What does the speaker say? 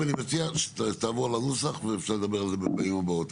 אני מציע שתעבור לנוסח ואפשר לדבר על זה בפעמים הבאות,